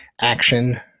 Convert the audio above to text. action